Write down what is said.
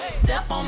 ah step um